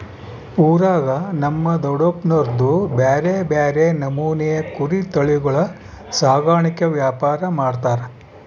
ಊರಾಗ ನಮ್ ದೊಡಪ್ನೋರ್ದು ಬ್ಯಾರೆ ಬ್ಯಾರೆ ನಮೂನೆವು ಕುರಿ ತಳಿಗುಳ ಸಾಕಾಣಿಕೆ ವ್ಯಾಪಾರ ಮಾಡ್ತಾರ